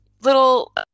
little